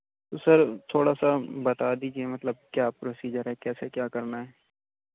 سر تھوڑا سا بتا دیجیے مطلب کیا پروسیجر ہے کیسے کیا کرنا ہے